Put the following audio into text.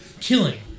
Killing